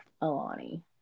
Alani